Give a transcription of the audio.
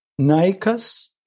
naikas